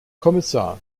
kommissar